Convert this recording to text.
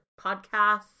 podcasts